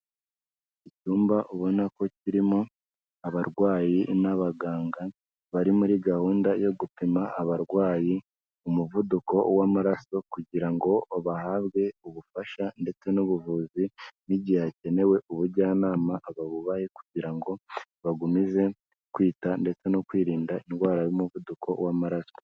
Icyumba ubona ko kirimo abarwayi n'abaganga bari muri gahunda yo gupima abarwayi umuvuduko w'amaraso, kugira ngo bahabwe ubufasha ndetse n'ubuvuzi n'igihe hakenewe ubujyanama babubahe kugira ngo bagomeze kwita ndetse no kwirinda indwara y'umuvuduko w'amaraso.